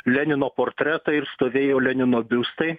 lenino portretai ir stovėjo lenino biustai